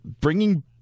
bringing